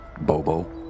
Bobo